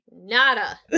Nada